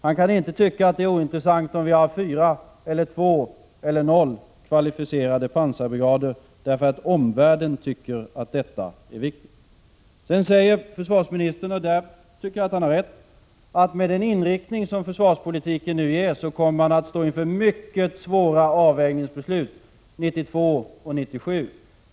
Man kan inte tycka att det är ointressant om vi har fyra, två eller noll kvalificerade pansarbrigader, för omvärlden tycker att detta är viktigt. Försvarsministern säger också, och där tycker jag att han har rätt, att man med den inriktning som försvarspolitiken nu får kommer att stå inför mycket svåra avvägningsbeslut 1992 och 1997.